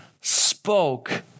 spoke